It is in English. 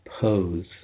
pose